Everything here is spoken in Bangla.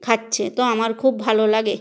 খাচ্ছে তো আমার খুব ভালো লাগে